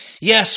Yes